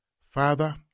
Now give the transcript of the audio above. Father